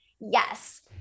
yes